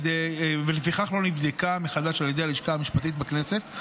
ולפיכך לא נבדקה מחדש על ידי הלשכה המשפטית בכנסת.